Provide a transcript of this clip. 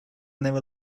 never